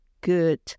good